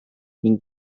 ning